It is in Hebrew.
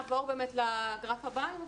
אם נעבור לגרף הבא, אז